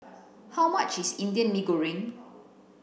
how much is Indian Mee Goreng